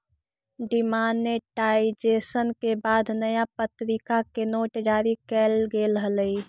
demonetisation के बाद नया प्तरीका के नोट जारी कैल गेले हलइ